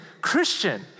Christian